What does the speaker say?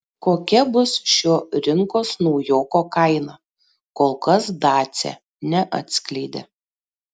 kokia bus šio rinkos naujoko kaina kol kas dacia neatskleidė